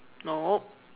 nope